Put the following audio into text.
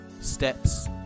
steps